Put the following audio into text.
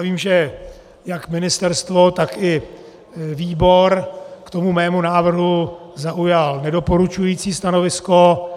Vím, že jak ministerstvo, tak i výbor k tomu mému návrhu zaujaly nedoporučující stanovisko.